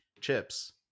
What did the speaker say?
chips